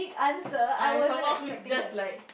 I'm someone who's just like